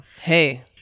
hey